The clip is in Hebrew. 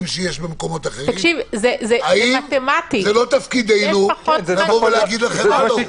שיש במקומות אחרים זה לא תפקידנו לומר לכם מה לא.